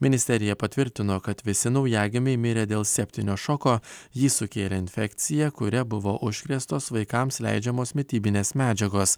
ministerija patvirtino kad visi naujagimiai mirė dėl septinio šoko jį sukėlė infekcija kuria buvo užkrėstos vaikams leidžiamos mitybinės medžiagos